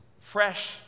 fresh